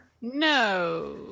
No